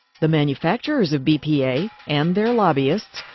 the manufacturers of bpa, and their lobbyists,